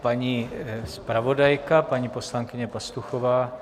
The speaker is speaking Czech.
Paní zpravodajka, paní poslankyně Pastuchová.